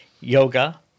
Yoga